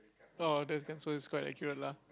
oh then then so it's quite accurate lah